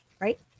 right